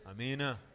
Amen